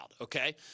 okay